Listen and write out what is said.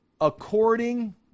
according